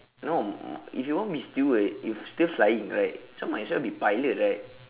no if you want be steward you still flying right so might as well be pilot right